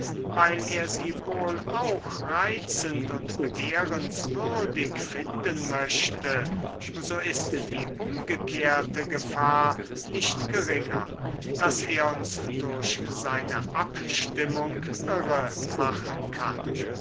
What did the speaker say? weil er sie wohl auch reizend und begehrenswürdig finden möchte so ist die umgekehrte gefahr nicht geringer daß er uns durch seine abstimmung irre machen kann